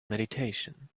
meditation